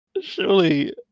surely